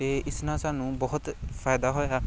ਅਤੇ ਇਸ ਨਾਲ ਸਾਨੂੰ ਬਹੁਤ ਫਾਇਦਾ ਹੋਇਆ